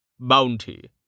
Bounty